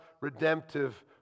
redemptive